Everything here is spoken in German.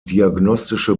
diagnostische